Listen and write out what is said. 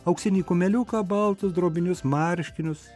auksinį kumeliuką baltus drobinius marškinius